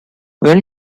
when